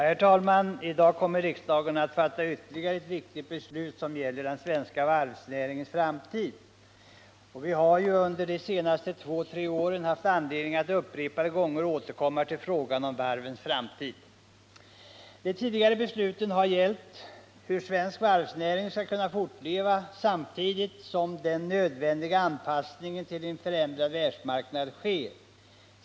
Herr talman! I dag kommer riksdagen att fatta ytterligare ett viktigt beslut som gäller den svenska varvsnäringens framtid. Vi har ju under de senaste två tre åren haft anledning att upprepade gånger återkomma till frågan om varvens framtid. De tidigare besluten har gällt hur svensk varvsnäring skall kunna fortleva samtidigt som den nödvändiga anpassningen till en förändrad världsmarknad sker.